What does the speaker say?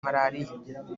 malariya